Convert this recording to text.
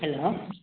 hello